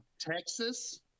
Texas